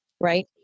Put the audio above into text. right